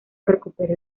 recupere